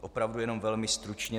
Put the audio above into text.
Opravdu jenom velmi stručně: